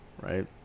right